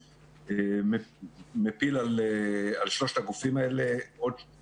זה מפיל על שלושת הגופים יותר משנה